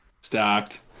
Stacked